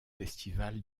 festival